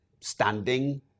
standing